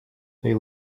they